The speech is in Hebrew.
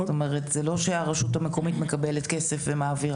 זה לא שהרשות המקומית מקבלת כסף ומעבירה,